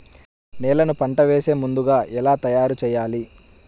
నేలను పంట వేసే ముందుగా ఎలా తయారుచేయాలి?